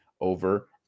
over